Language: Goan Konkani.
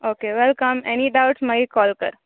ओके वेलकम एनी डावट्स मागीर कॉल कर